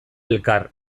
elkar